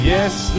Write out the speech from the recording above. Yes